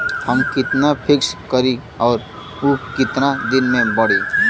हम कितना फिक्स करी और ऊ कितना दिन में बड़ी?